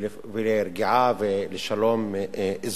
לרגיעה ולשלום אזורי.